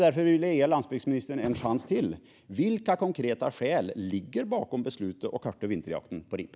Därför vill jag ge landsbygdsministern en chans till: Vilka konkreta skäl ligger bakom beslutet om att förkorta vinterjakten på ripa?